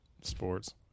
sports